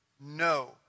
no